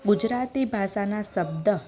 ગુજરાતી ભાષાના શબ્દ